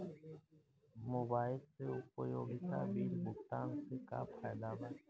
Mobile से उपयोगिता bill भुगतान से का फायदा बा?